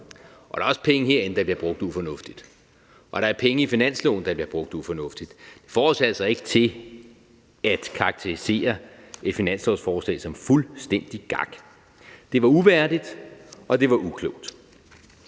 Der er også penge herinde, der bliver brugt ufornuftigt, og der er penge afsat i finansloven, der bliver brugt ufornuftigt. Det får os altså ikke til at karakterisere et finanslovsforslag som fuldstændig gak. Det var uværdigt, og det var uklogt.